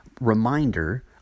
reminder